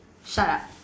shut up